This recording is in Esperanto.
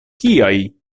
kiaj